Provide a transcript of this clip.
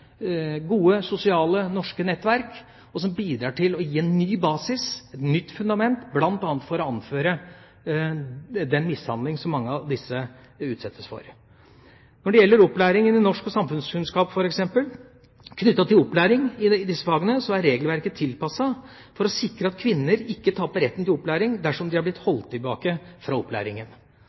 gode sosiale norske nettverk, noe som bidrar til å gi en ny basis, et nytt fundament, bl.a. for å anføre den mishandling som mange av disse utsettes for. Når det gjelder opplæring i norsk og samfunnskunnskap, f.eks., er regelverket tilpasset for å sikre at kvinner ikke taper retten til opplæring dersom de er blitt holdt tilbake fra opplæringen.